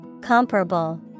Comparable